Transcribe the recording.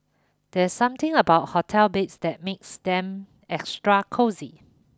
there's something about hotel beds that makes them extra cosy